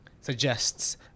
suggests